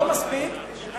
לא מספיק,